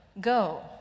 go